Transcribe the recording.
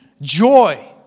joy